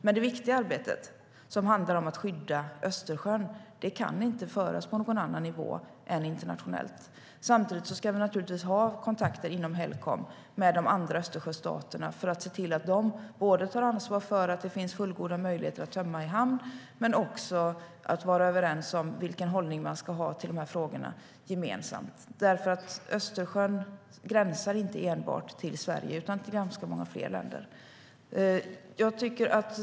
Det viktiga arbetet med att skydda Östersjön kan dock inte föras på någon annan nivå än internationellt. Vi ska naturligtvis samtidigt ha kontakter inom Helcom, med de andra Östersjöstaterna, för att se till att de tar ansvar för att det finns fullgoda möjligheter att tömma i hamn, men också för att vi ska vara överens om vilken gemensam hållning vi ska ha till frågorna. Östersjön gränsar nämligen inte enbart till Sverige utan till ganska många fler länder.